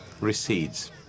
recedes